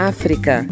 África